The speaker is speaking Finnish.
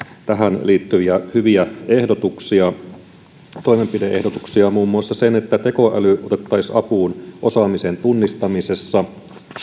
tähän liittyviä hyviä toimenpide ehdotuksia muun muassa sen että tekoäly otettaisiin apuun osaamisen tunnistamisessa